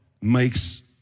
makes